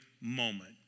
moment